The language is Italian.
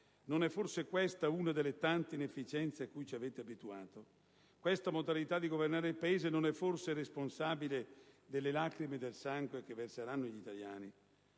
Non è forse questa una delle tante inefficienze a cui ci avete abituato? Questo modo di governare il Paese non è forse responsabile delle «lacrime e sangue» che verseranno gli italiani?